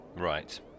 Right